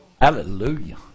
Hallelujah